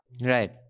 Right